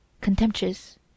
contemptuous